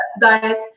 Diet